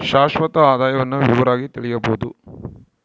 ಶಾಶ್ವತ ಆದಾಯವನ್ನು ವಿವರವಾಗಿ ತಿಳಿಯಬೊದು